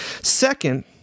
Second